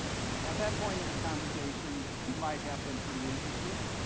at that point in a conversation you might have them pretty interested,